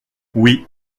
oui